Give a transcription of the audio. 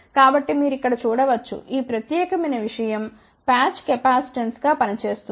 కాబట్టి మీరు ఇక్కడ చూడ వచ్చు ఈ ప్రత్యేకమైన విషయం ప్యాచ్ కెపాసిటెన్స్గా పని చేస్తుంది